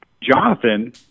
Jonathan